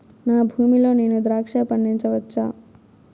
నా భూమి లో నేను ద్రాక్ష పండించవచ్చా?